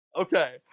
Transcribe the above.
Okay